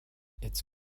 its